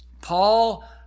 Paul